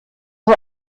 das